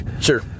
sure